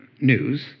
news